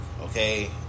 okay